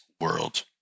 world